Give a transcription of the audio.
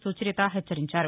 సుచరిత హెచ్చరించారు